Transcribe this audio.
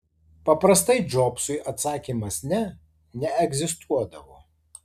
paprastai džobsui atsakymas ne neegzistuodavo